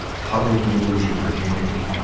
how did you lose your virginity?